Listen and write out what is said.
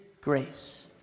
grace